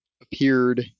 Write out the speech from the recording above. appeared